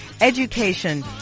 education